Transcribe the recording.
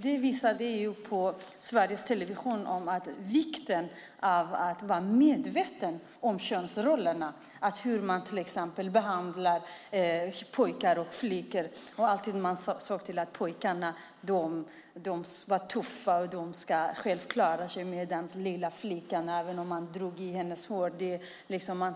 Detta visar på vikten av att vara medveten om könsrollerna, till exempel hur man behandlar pojkar och flickor. Det framgick att man ansåg att pojkarna var tuffa och skulle klara sig själva. Men när någon drog en flicka i håret sade man: